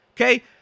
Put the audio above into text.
okay